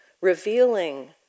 revealing